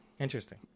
Interesting